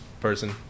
person